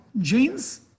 Genes